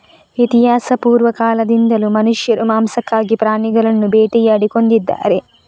ಇತಿಹಾಸಪೂರ್ವ ಕಾಲದಿಂದಲೂ ಮನುಷ್ಯರು ಮಾಂಸಕ್ಕಾಗಿ ಪ್ರಾಣಿಗಳನ್ನು ಬೇಟೆಯಾಡಿ ಕೊಂದಿದ್ದಾರೆ